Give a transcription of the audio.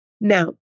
Now